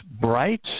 bright